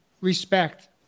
respect